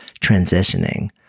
transitioning